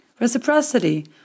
Reciprocity